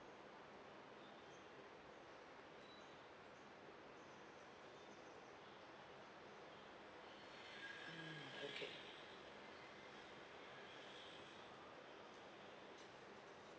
mm okay